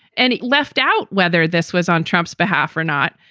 and it left out whether this was on trump's behalf or not.